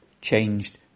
changed